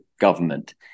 government